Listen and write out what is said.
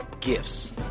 Gifts